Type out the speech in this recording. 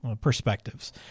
Perspectives